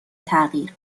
تغییر